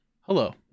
Hello